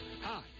Hi